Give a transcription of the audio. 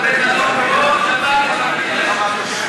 זו חוצפה,